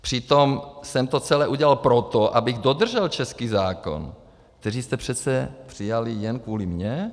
Přitom jsem to celé udělal proto, abych dodržel český zákon, který jste přece přijal jen kvůli mně.